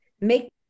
make